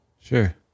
Sure